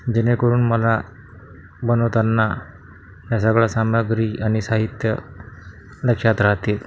जेणेकरून मला बनवताना हे सगळं सामग्री आणि साहित्य लक्षात राहते